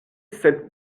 sed